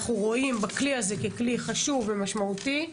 אנחנו רואים בכלי הזה כלי חשוב ומשמעותי,